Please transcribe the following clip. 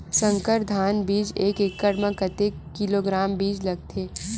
संकर धान बीज एक एकड़ म कतेक किलोग्राम बीज लगथे?